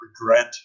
regret